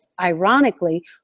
ironically